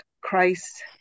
Christ